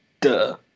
Duh